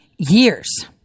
Years